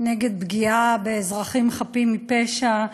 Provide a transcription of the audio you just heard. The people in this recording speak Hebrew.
נגד פגיעה באזרחים חפים מפשע.